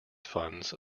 funds